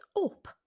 up